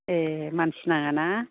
ए मानसि नाङाना